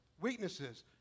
weaknesses